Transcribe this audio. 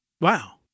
Wow